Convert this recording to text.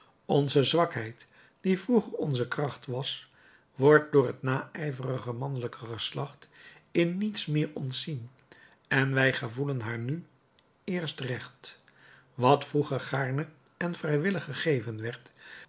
onze zwakheid die vroeger onze kracht was wordt door het naijverige mannelijke geslacht in niets meer ontzien en wij gevoelen haar nu eerst recht wat vroeger gaarne en vrijwillig gegeven werd